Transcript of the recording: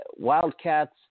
Wildcats